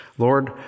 Lord